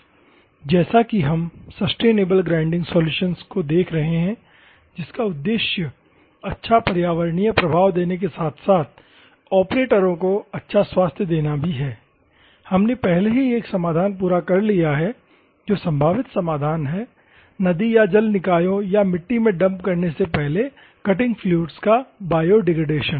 जैसा कि हम सस्टेनेबल ग्राइंडिंग सोल्यूशन्स को देख रहे हैं जिसका उद्देश्य अच्छा पर्यावरणीय प्रभाव देने के साथ साथ ऑपरेटरों को अच्छा स्वास्थ्य देना भी है हमने पहले ही एक समाधान पूरा कर लिया है जो संभावित समाधान है नदी या जल निकायों या मिट्टी में डंप करने से पहले कटिंग फ्लुइड्स का बायोडिग्रेडेशन